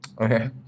Okay